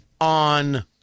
on